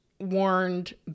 warned